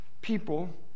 people